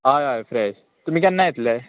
हय हय फ्रेश तुमी केन्ना येतले